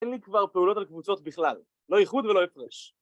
אין לי כבר פעולות על קבוצות בכלל. לא איחוד ולא הפרש.